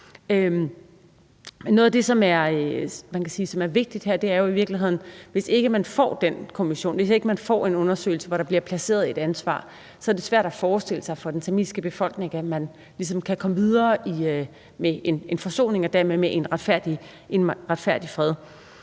ikke får den kommission, at hvis ikke man får en undersøgelse, hvor der bliver placeret et ansvar, så er det svært at forestille sig for den tamilske befolkning, at man kan komme videre med en forsoning og dermed med en retfærdig fred.